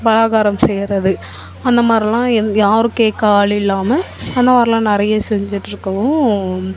பலாகாரம் செய்கிறது அந்த மாரிலாம் எந் யாரும் கேட்க ஆள் இல்லாமல் அந்த மாரிலாம் நிறைய செஞ்சுட்ருக்கவும்